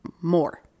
more